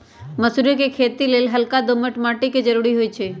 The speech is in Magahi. मसुरी कें खेति लेल हल्का दोमट माटी के जरूरी होइ छइ